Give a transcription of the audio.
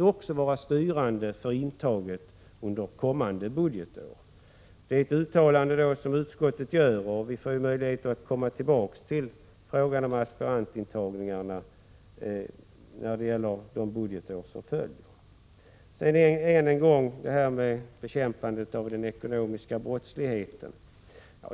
också bli styrande för intagningen under kommande budgetår. Det är ett uttalande som utskottet gör, och vi får ju möjlighet att komma tillbaka till frågan om aspirantintagningarna för de budgetår som följer. Sedan än en gång bekämpandet av den ekonomiska brottsligheten.